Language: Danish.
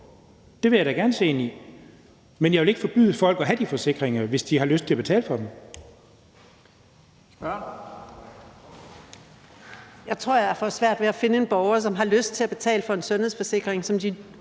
Det vil jeg da gerne se ske. Men jeg vil da ikke forbyde folk at have de forsikringer, hvis de har lyst til at betale for dem.